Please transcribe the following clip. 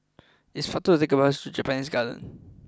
it is faster to take the bus to Japanese Garden